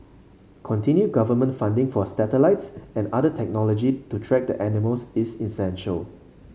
continued government funding for satellites and other technology to track the animals is essential